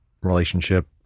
relationship